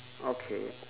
okay